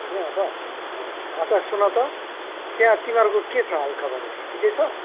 चिन्यो अब अँ अच्छा सुन त त्यहाँ तिमीहरूको के छ हालखबरहरू ठिकै छ